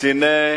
קצינים